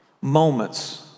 moments